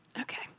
Okay